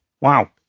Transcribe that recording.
Wow